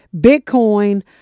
Bitcoin